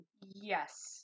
Yes